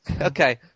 Okay